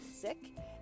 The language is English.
sick